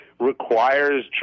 requires